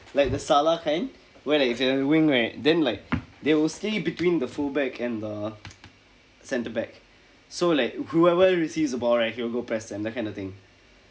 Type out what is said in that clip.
like the sallaah hand where like if your the wing right then like they will see between the full back and the centre back so like whoever receives the ball right he will go press them that kind of thing